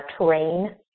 terrain